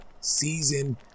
Season